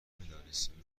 نمیدانستیم